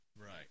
Right